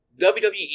WWE